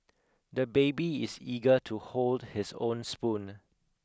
the baby is eager to hold his own spoon